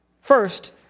First